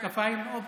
המשקפיים אופטיים.